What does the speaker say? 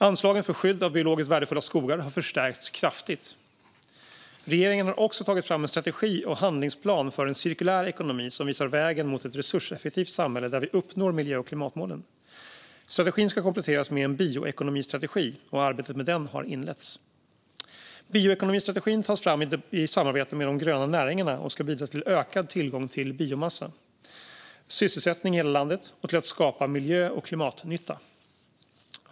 Anslagen för skydd av biologiskt värdefulla skogar har förstärkts kraftigt. Regeringen har också tagit fram en strategi och handlingsplan för en cirkulär ekonomi som visar vägen mot ett resurseffektivt samhälle där vi uppnår miljö och klimatmålen. Strategin ska kompletteras med en bioekonomistrategi - arbetet med den har inletts. Bioekonomistrategin tas fram i samarbete med de gröna näringarna och ska bidra till ökad tillgång till biomassa, till sysselsättning i hela landet och till att skapa miljö och klimatnytta.